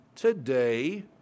Today